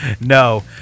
No